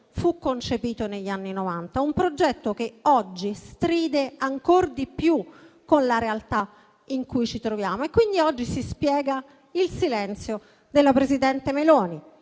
fu concepito, negli anni Novanta. È un progetto che oggi stride ancor di più con la realtà in cui ci troviamo. Quindi oggi si spiega il silenzio della presidente Meloni.